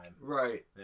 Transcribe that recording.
Right